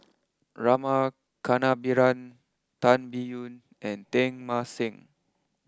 Rama Kannabiran Tan Biyun and Teng Mah Seng